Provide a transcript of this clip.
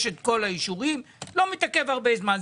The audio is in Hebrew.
את כל האישורים זה לא מתעכב הרבה זמן.